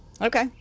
Okay